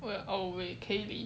we're always keighley